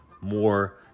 more